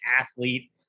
athlete